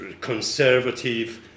conservative